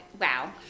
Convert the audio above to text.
wow